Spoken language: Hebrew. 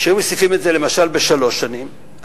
שהיו מוסיפים את זה למשל בשלוש שנים,